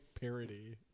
parody